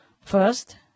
First